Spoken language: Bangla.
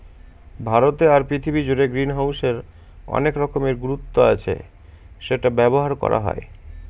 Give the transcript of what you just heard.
ভারতে আর পৃথিবী জুড়ে গ্রিনহাউসের অনেক রকমের গুরুত্ব আছে সেটা ব্যবহার করা হয়